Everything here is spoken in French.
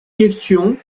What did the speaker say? question